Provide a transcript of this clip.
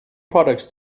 products